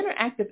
Interactive